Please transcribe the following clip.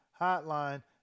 hotline